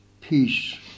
peace